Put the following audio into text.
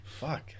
Fuck